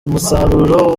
umusaruro